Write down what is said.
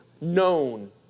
known